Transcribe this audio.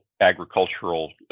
agricultural